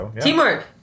Teamwork